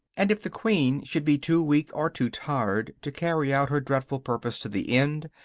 and if the queen should be too weak or too tired to carry out her dreadful purpose to the end,